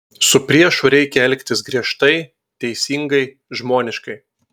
su priešu reikia elgtis griežtai teisingai žmoniškai